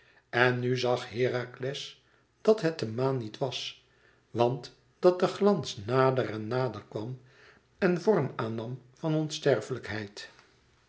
en nu zag herakles dat het de maan niet was want dat de glans nader en nader kwam en vorm aan nam van onsterfelijkheid